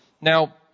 Now